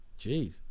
Jeez